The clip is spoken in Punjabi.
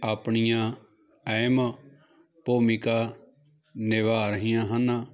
ਆਪਣੀਆਂ ਅਹਿਮ ਭੂਮਿਕਾ ਨਿਭਾ ਰਹੀਆਂ ਹਨ